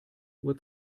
uhr